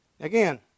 Again